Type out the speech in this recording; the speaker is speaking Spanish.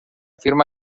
firma